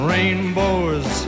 Rainbows